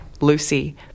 Lucy